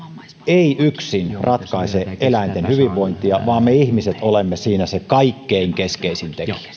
ei yksin ratkaise eläinten hyvinvointia vaan me ihmiset olemme siinä se kaikkein keskeisin tekijä